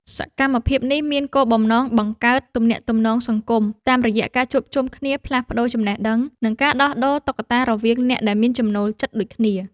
សកម្មភាពនេះមានគោលបំណងបង្កើតទំនាក់ទំនងសង្គម តាមរយៈការជួបជុំគ្នាផ្លាស់ប្តូរចំណេះដឹង និងការដោះដូរតុក្កតារវាងអ្នកដែលមានចំណូលចិត្តដូចគ្នា។